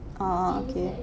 a'ah okay